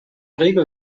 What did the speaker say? regel